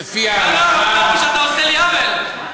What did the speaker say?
עושה לי עוול.